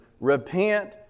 repent